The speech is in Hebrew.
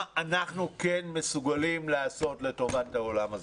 אנחנו כן מסוגלים לעשות לטובת העולם הזה.